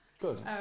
Good